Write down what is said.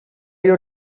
your